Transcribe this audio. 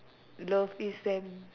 love is an